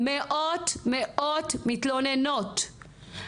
מאות מתלוננות,